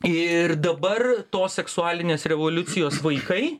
ir dabar tos seksualinės revoliucijos vaikai